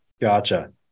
Gotcha